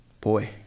boy